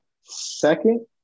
second